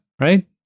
right